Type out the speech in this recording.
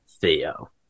Theo